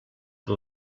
que